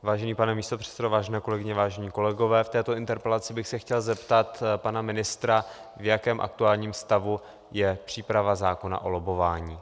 Vážený pane místopředsedo, vážené kolegyně, vážení kolegové, v této interpelaci bych se chtěl zeptat pana ministra, v jakém aktuálním stavu je příprava zákona o lobbování.